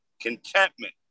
contentment